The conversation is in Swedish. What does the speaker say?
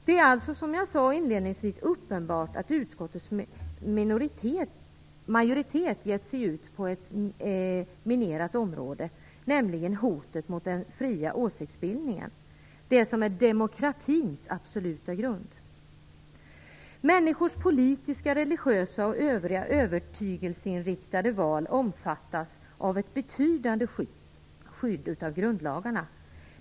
Det är alltså, som jag sade inledningsvis, uppenbart att utskottets majoritet gett sig ut på ett minerat område, nämligen hoten mot den fria åsiktsbildningen, vilken är demokratins absoluta grund. Människors politiska, religiösa och övriga övertygelseinriktningar omfattas av ett betydande skydd i grundlagarna.